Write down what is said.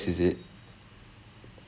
ah is from N_B_S ya